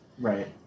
Right